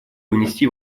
внести